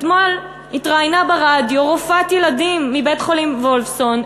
אתמול התראיינה ברדיו רופאת ילדים מבית-חולים וולפסון,